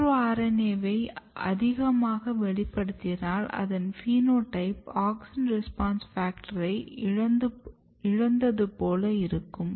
micro RNA வை அதிகமாக வெளிப்படுத்தினால் அதன் பினோடைப் AUXIN RESPONSE FACTOR ஐ இழந்ததுப்போல் இருக்கும்